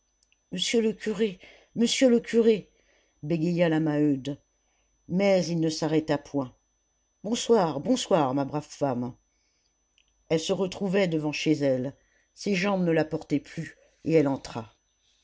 monsieur le curé monsieur le curé bégaya la maheude mais il ne s'arrêta point bonsoir bonsoir ma brave femme elle se retrouvait devant chez elle ses jambes ne la portaient plus et elle